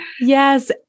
Yes